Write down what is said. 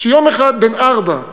בן ארבע,